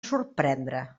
sorprendre